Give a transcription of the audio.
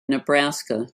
nebraska